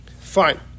Fine